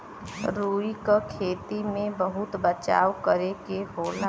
रुई क खेती में बहुत बचाव करे के होला